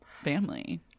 family